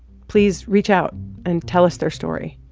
please reach out and tell us their story.